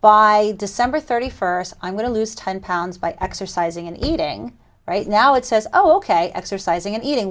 by december thirty first i'm going to lose ten pounds by exercising and eating right now it says oh ok exercising and eating